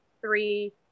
three